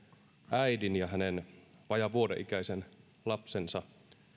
äidin ja hänen vajaan vuoden ikäisen lapsensa